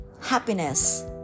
happiness